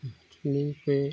मछली के